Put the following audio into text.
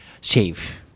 shave